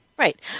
Right